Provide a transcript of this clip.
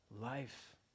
life